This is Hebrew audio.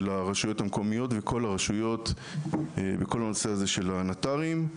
הרשויות המקומיות בכל הנושא של הנט"רים.